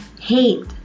hate